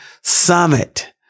Summit